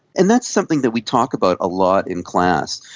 and that's something that we talk about a lot in class,